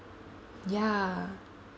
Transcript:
ya